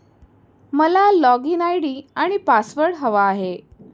मला login ID आणि password हवा आहे